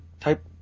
type